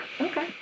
Okay